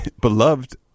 beloved